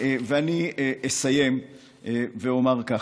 אסיים ואומר ככה: